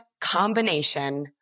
combination